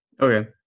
Okay